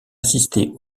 assistés